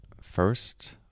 First